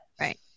right